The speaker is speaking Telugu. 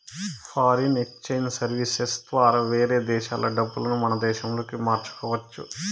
ఫారిన్ ఎక్సేంజ్ సర్వీసెస్ ద్వారా వేరే దేశాల డబ్బులు మన దేశంలోకి మార్చుకోవచ్చు